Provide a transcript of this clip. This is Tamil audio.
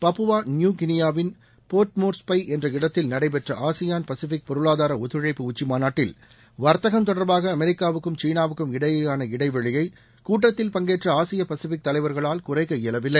பாப்புவா நியு கினியாவின் போர்ட்மோர்ஸ்பை என்ற இடத்தில் நடைபெற்ற ஆசியான் பசிபிக் பொருளாதார ஒத்துழழப்பு உச்சிமாநாட்டில் வர்த்தகம் தொடர்பாக அமெரிக்காவுக்கும் சீனாவுக்கும் இடையேயான இடைவெளியை கூட்டத்தில் பங்கேற்ற ஆசியா பசிபிக் தலைவர்களால் குறைக்க இயலவில்லை